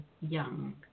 young